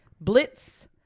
Blitz